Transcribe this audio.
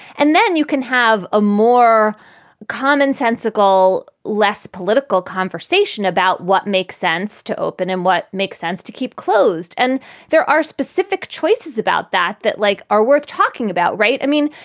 and then you can have a more commonsensical, less political conversation about what makes sense to open and what makes sense to keep closed. and there are specific choices about that that like are worth talking about. right. i mean,